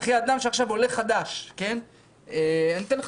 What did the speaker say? וכי אדם שהוא עולה חדש אני אתן לך